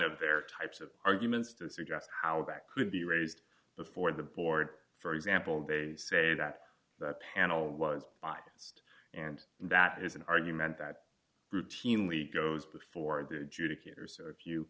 of their types of arguments to suggest how that could be raised before the board for example they say that the panel was biased and that is an argument that routinely goes before the adjudicator so if you